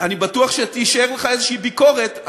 אני בטוח שתישאר לך איזו ביקורת,